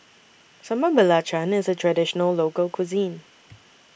Sambal Belacan IS A Traditional Local Cuisine